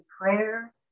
prayer